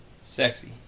sexy